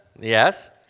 Yes